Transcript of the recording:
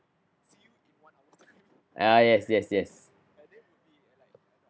ah yes yes yes